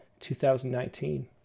2019